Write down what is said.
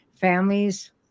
Families